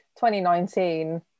2019